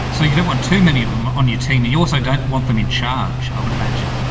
so you don't want too many of them on your team and you also don't want them in charge, i would imagine.